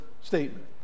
statement